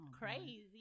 Crazy